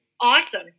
awesome